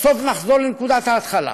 בסוף נחזור לנקודת ההתחלה: